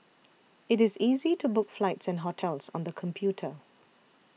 it is easy to book flights and hotels on the computer